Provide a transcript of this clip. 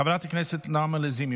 חברת הכנסת נעמה לזימי,